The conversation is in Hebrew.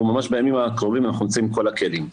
בימים הקרובים אנחנו יוצאים עם כל הכלים.